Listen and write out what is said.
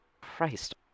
Christ